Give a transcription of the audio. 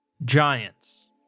Giants